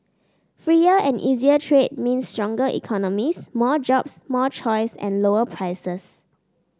freer and easier trade means stronger economies more jobs more choice and lower prices